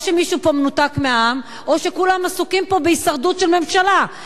או שמישהו פה מנותק מהעם או שכולם עסוקים פה בהישרדות של ממשלה.